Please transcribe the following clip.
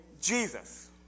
Jesus